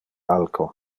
alco